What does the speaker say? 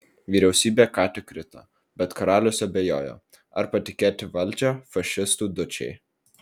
vyriausybė ką tik krito bet karalius abejojo ar patikėti valdžią fašistų dučei